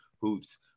Hoops